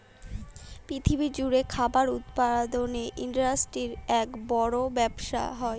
পৃথিবী জুড়ে খাবার উৎপাদনের ইন্ডাস্ট্রির এক বড় ব্যবসা হয়